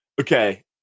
Okay